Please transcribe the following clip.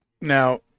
Now